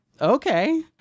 okay